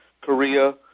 Korea